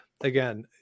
again